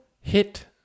Hit